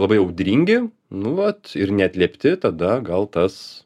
labai audringi nu vat ir neatliepti tada gal tas